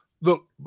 look